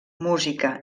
música